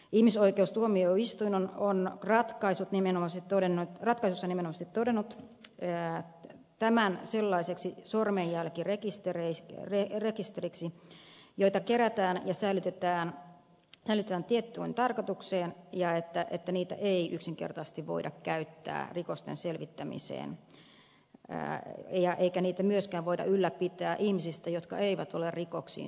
ihmisoikeustuomioistuin on ratkaisut nimenomaan se toinen ratkaisi ratkaisussaan nimenomaisesti todennut tämän sellaiseksi sormenjälkirekisteriksi joita kerätään ja säilytetään tiettyyn tarkoitukseen ja että niitä yksinkertaisesti ei voida käyttää rikosten selvittämiseen eikä niitä myöskään voida ylläpitää ihmisistä jotka eivät ole rikoksiin syyllistyneet